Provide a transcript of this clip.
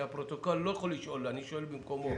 הפרוטוקול לא יכול לשאול, אני שואל במקומו.